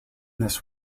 this